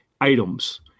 items